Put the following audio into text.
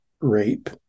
rape